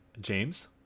James